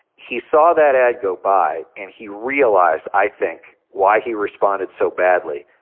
he saw that ad go by, and he realized, i think why he responded so badly,